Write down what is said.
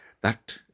That